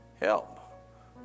Help